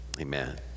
Amen